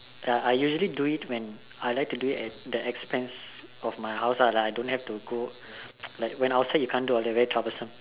ya I usually do it when I like to do it at the expense of my house ah like I don't have to go like when outside you can't do all that very troublesome